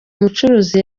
mucuruzi